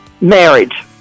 Marriage